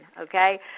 okay